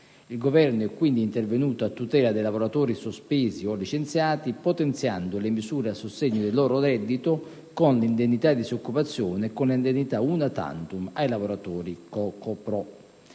Il Governo è quindi intervenuto a tutela dei lavoratori sospesi o licenziati, potenziando le misure a sostegno del loro reddito con l'indennità di disoccupazione e con l'indennità *una tantum* ai lavoratori co.co.pro.